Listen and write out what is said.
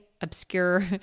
obscure